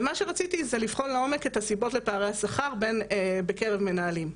ומה שרציתי זה לבחון לעומק את הסיבות לפערי השכר בקרב מנהלים.